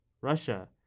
Russia